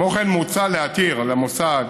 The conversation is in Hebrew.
כמו כן מוצע להתיר למוסד